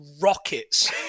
rockets